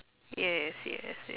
yes yes yes